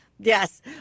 Yes